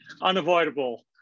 unavoidable